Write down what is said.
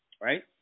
right